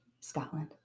Scotland